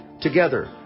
Together